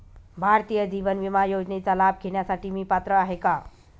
भारतीय जीवन विमा योजनेचा लाभ घेण्यासाठी मी पात्र आहे का?